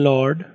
Lord